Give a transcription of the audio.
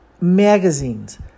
Magazines